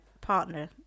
partner